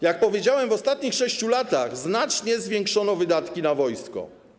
Jak powiedziałem, w ostatnich 6 latach znacznie zwiększono wydatki na wojsko.